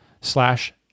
slash